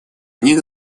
них